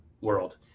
world